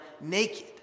naked